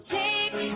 take